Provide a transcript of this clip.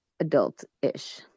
Adult-ish